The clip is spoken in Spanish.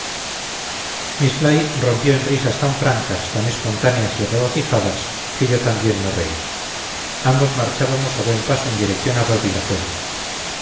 miss fly rompió en risas tan francas tan espontáneas y regocijadas que yo también me reí ambos marchábamos a buen paso en dirección a babilafuente